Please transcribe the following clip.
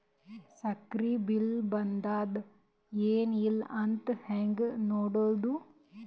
ಸಕ್ರಿ ಬಿಲ್ ಬಂದಾದ ಏನ್ ಇಲ್ಲ ಅಂತ ಹೆಂಗ್ ನೋಡುದು?